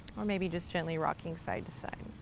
or maybe just gently rocking side to side.